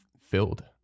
filled